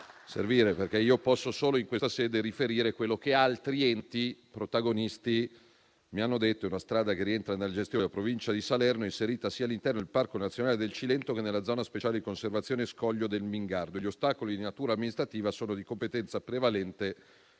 questo perché in questa sede io posso solo riferire quello che altri enti protagonisti mi hanno detto di una strada che rientra nella gestione della Provincia di Salerno inserita sia all'interno del Parco nazionale del Cilento che della zona speciale di conservazione Scoglio del Mingardo e gli ostacoli di natura amministrativa sono di competenza prevalente